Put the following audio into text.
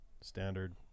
standard